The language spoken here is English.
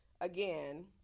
again